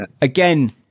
again